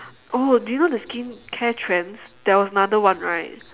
oh do you know the skincare trends there was another one right